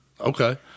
okay